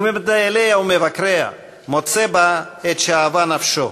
ממטייליה וממבקריה מוצא בה את שאהבה נפשו: